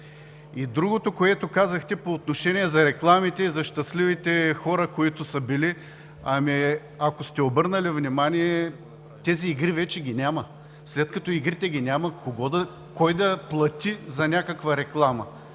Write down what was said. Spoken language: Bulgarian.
И другото, което казахте по отношение за рекламите и за щастливите хора, които са били. Ами, ако сте обърнали внимание, тези игри вече ги няма. След като игрите ги няма, кой да плати за някаква реклама?